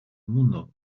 mundo